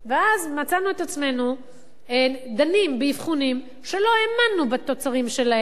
ואז מצאנו את עצמנו דנים באבחונים שלא האמנו בתוצרים שלהם,